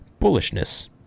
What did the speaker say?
bullishness